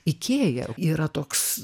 ikėja yra toks